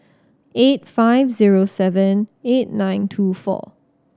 eight five zero seven eight nine two four